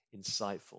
insightful